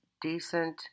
decent